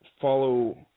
follow